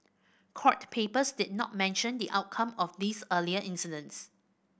court papers did not mention the outcome of these earlier incidents